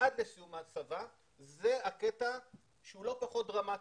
עד לסיום ההסבה לא פחות דרמטי.